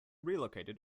relocated